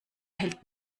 hält